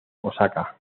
osaka